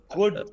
good